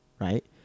right